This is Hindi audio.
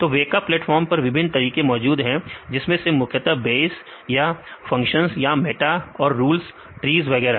तो वेका प्लेटफार्म पर विभिन्न तरीके मौजूद हैं जिसमें से मुख्यतः बेयस या फंक्शंस या मेटा और रूल्स ट्रीस वगैरा